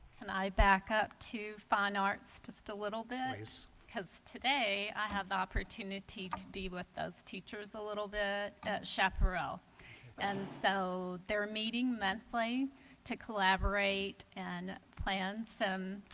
and i back up to fine arts just a little bit because today i have opportunity to be with those teachers a little bit at chaparral and so they're meeting monthly to collaborate and plan some